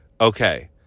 Okay